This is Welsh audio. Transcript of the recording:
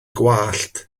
gwallt